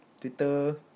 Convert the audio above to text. twitter